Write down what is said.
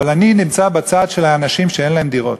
אבל אני נמצא בצד של האנשים שאין להם דירות.